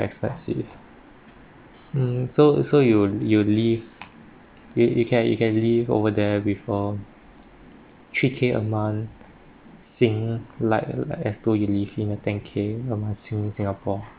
expensive mm so so you you live you you can you can live over there with for three K a month sing like like as though you live in ten K a month sing~ sing~ singapore